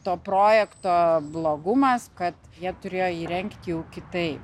to projekto blogumas kad jie turėjo įrengti jau kitaip